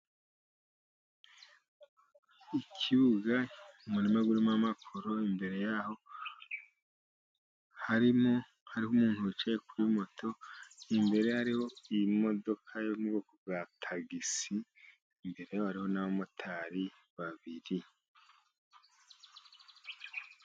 Ikibuga, umuririma uririmo amakoro, imbere y'aho harimo hariho umuntu wicaye kuri moto. Imbere hariho imodoka yo mu bwoko bwa tagisi. Imbere y'aho hariho n'abamotari babiri.